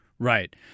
Right